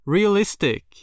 Realistic